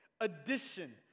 Addition